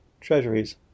Treasuries